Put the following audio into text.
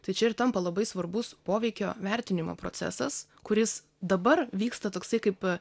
tai čia ir tampa labai svarbus poveikio vertinimo procesas kuris dabar vyksta toksai kaip